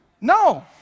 no